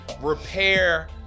repair